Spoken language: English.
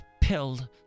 pilled